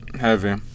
Heavy